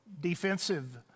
defensive